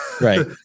Right